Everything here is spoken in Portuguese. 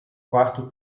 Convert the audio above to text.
quarto